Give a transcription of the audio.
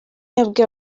yabwiye